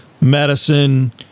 medicine